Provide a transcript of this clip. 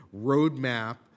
roadmap